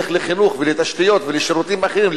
ילך לחינוך ולתשתיות ולשירותים אחרים,